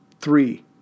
three